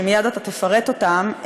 שמייד אתה תפרט אותם,